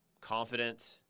confident